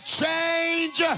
change